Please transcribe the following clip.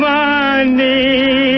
money